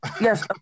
yes